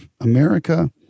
America